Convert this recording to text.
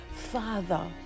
Father